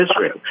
Israel